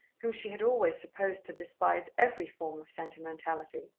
whom she had always supposed to despise every form of sentimentality,